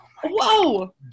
Whoa